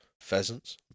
pheasants